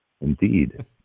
indeed